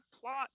plot